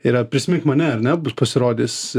yra prisimink mane ar ne bus pasirodys